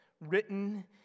written